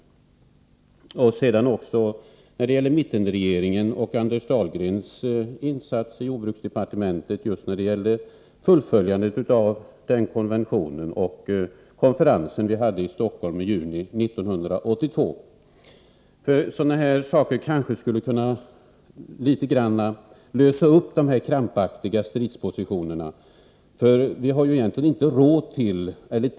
Jag vill i detta sammanhang även nämna den tidigare mittenregeringens och Anders Dahlgrens insatser i jordbruksdepartementet i fråga om fullföljandet av nämnda konvention och i fråga om den konferens som hölls i Stockholm i juni 1982. Man intar stridsposition, men kanske en viss uppluckring är möjlig. Vi har egentligen inte tid att strida.